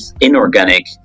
inorganic